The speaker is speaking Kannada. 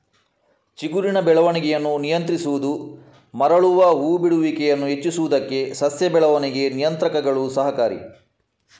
ಚಿಗುರಿನ ಬೆಳವಣಿಗೆಯನ್ನು ನಿಗ್ರಹಿಸುವುದು ಮರಳುವ ಹೂ ಬಿಡುವಿಕೆಯನ್ನು ಹೆಚ್ಚಿಸುವುದಕ್ಕೆ ಸಸ್ಯ ಬೆಳವಣಿಗೆ ನಿಯಂತ್ರಕಗಳು ಸಹಕಾರಿ